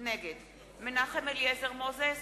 נגד מנחם אליעזר מוזס,